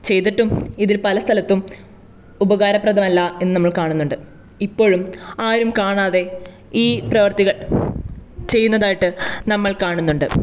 ചെയ്തിട്ടും ഇതിൽ പലസ്ഥലത്തും ഉപകാരപ്രദമല്ല എന്ന് നമ്മൾ കാണുന്നുണ്ട് ഇപ്പോഴും ആരും കാണാതെ ഈ പ്രവൃത്തികൾ ചെയുന്നതായിട്ട് നമ്മൾ കാണുന്നുണ്ട്